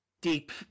Deep